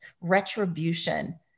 retribution